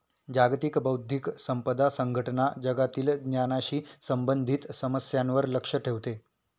जागतिक बौद्धिक संपदा संघटना जगातील ज्ञानाशी संबंधित समस्यांवर लक्ष ठेवते